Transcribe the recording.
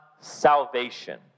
salvation